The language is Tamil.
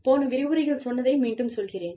போன விரிவுரையில் சொன்னதை மீண்டும் சொல்கிறேன்